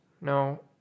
No